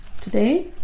Today